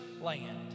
land